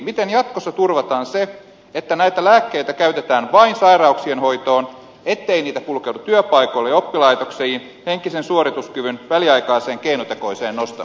miten jatkossa turvataan se että näitä lääkkeitä käytetään vain sairauksien hoitoon niin ettei niitä kulkeudu työpaikoille ja oppilaitoksiin henkisen suorituskyvyn väliaikaiseksi keinotekoiseksi nostamiseksi